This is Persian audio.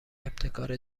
ابتکار